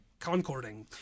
concording